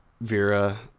Vera